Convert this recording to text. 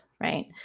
Right